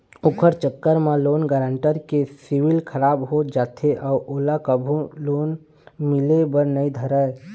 ओखर चक्कर म लोन गारेंटर के सिविल खराब हो जाथे अउ ओला कभू लोन मिले बर नइ धरय